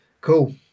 Cool